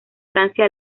francia